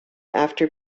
after